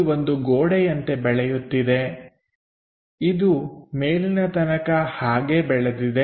ಇದು ಒಂದು ಗೋಡೆಯಂತೆ ಬೆಳೆಯುತ್ತಿದೆ ಇದು ಮೇಲಿನ ತನಕ ಹಾಗೆ ಬೆಳೆದಿದೆ